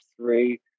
three